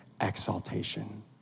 exaltation